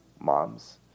moms